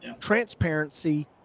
Transparency